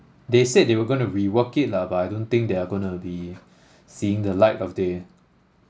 they said they were gonna rework it lah but I don't think they are gonna be seeing the light of day